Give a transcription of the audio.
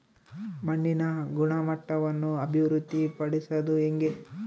ಮಣ್ಣಿನ ಗುಣಮಟ್ಟವನ್ನು ಅಭಿವೃದ್ಧಿ ಪಡಿಸದು ಹೆಂಗೆ?